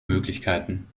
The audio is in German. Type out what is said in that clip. möglichkeiten